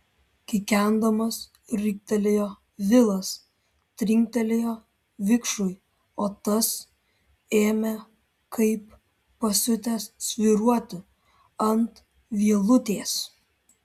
kikendamas riktelėjo vilas trinktelėjo vikšrui o tas ėmė kaip pasiutęs svyruoti ant vielutės